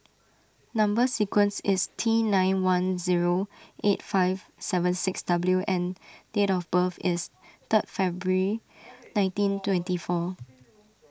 Number Sequence is T nine one zero eight five seven six W and date of birth is third February nineteen twenty four